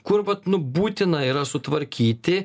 kur vat nu būtina yra sutvarkyti